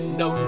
no